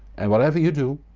and whatever you do,